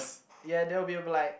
ya that will be be like